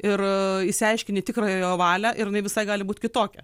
ir išsiaiškini tikrąją jo valią ir jinai visa gali būt kitokia